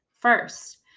First